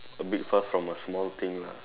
a big fuss from a small thing lah